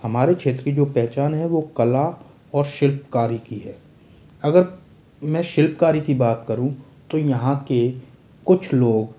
हमारे क्षेत्र की जो पहचान है वो कला और शिल्पकारी की है अगर मैं शिल्पकारी की बात करूँ तो यहाँ के कुछ लोग